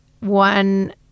One